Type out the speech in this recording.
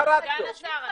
סגן השר,